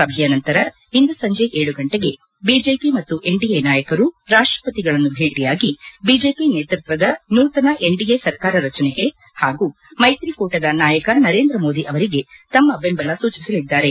ಸಭೆಯ ನಂತರ ಇಂದು ಸಂಜೆ ಏಳು ಗಂಟೆಗೆ ಬಿಜೆಒ ಮತ್ತು ಎನ್ಡಿಎ ನಾಯಕರು ರಾಷ್ಷಪತಿಗಳನ್ನು ಭೇಟಿಯಾಗಿ ಬಿಜೆಪಿ ನೇತೃತ್ವದ ನೂತನ ಎನ್ಡಿಎ ಸರ್ಕಾರ ರಚನೆಗೆ ಹಾಗೂ ಮೈತ್ರಿಕೂಟದ ನಾಯಕ ನರೇಂದ್ರ ಮೋದಿ ಅವರಿಗೆ ತಮ್ಮ ಬೆಂಬಲವನ್ನು ಸೂಚಿಸಲಿದ್ದಾರೆ